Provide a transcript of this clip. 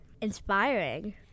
Inspiring